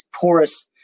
porous